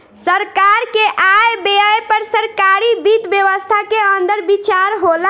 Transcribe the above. सरकार के आय व्यय पर सरकारी वित्त व्यवस्था के अंदर विचार होला